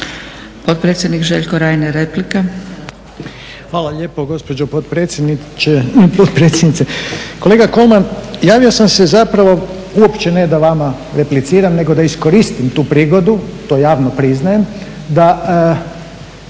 Potpredsjednik Željko Reiner, replika.